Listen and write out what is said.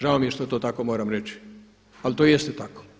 Žao mi je što to tako moram reći ali to jeste tako.